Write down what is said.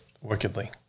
wickedly